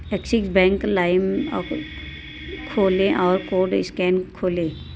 axis bank लाइम खोलें और कोड इस्कैन खोलें